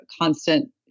constant